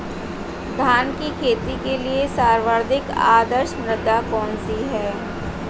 धान की खेती के लिए सर्वाधिक आदर्श मृदा कौन सी है?